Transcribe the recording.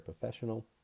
professional